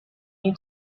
you